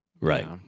right